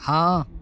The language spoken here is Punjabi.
ਹਾਂ